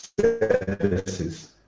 services